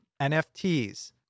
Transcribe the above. NFTs